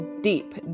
deep